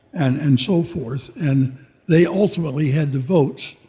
and and so forth. and they ultimately had the votes.